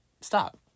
stop